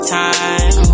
time